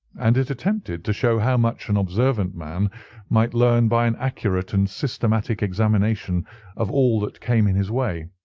and it attempted to show how much an observant man might learn by an accurate and systematic examination of all that came in his way.